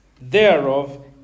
thereof